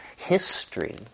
History